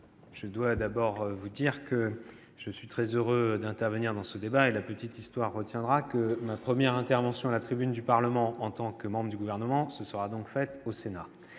je dois d'abord vous dire que je suis très heureux d'intervenir dans ce débat. La petite histoire retiendra que ma première intervention à la tribune du Parlement en tant que membre du Gouvernement se sera faite au Sénat.